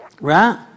Right